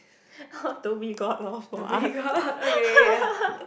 oh Dhoby Ghaut lor for us